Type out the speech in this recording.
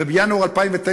ובינואר 2009,